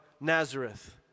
Nazareth